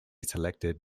selected